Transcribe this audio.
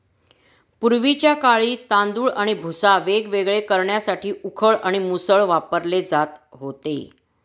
पूर्वीच्या काळी तांदूळ आणि भुसा वेगवेगळे करण्यासाठी उखळ आणि मुसळ वापरले जात होते